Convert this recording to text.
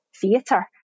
theatre